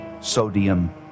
sodium